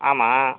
ஆமாம்